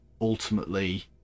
ultimately